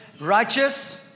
Righteous